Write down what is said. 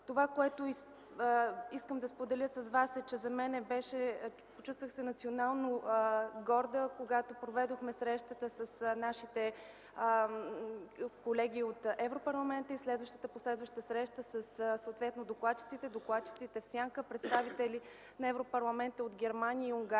Това, което искам да споделя с вас е, че се почувствах национално горда, когато проведохме срещата с нашите колеги от Европарламента, и от последващата среща с евродокладчиците и докладчиците в сянка, представители на Европарламента от Германия и Унгария,